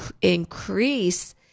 increase